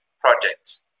projects